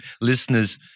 listeners